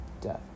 death